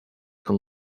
con